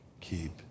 keep